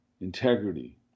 integrity